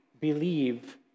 believe